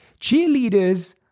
Cheerleaders